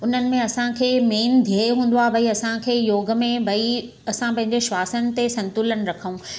उन्हनि में असांखे मेन धे हूंदो आहे भई असां खे योग में भई असां पंहिंजे श्वासन ते संतुलन रखूं